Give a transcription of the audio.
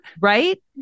Right